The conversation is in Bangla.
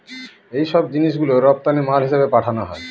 এইসব জিনিস গুলো রপ্তানি মাল হিসেবে পাঠানো হয়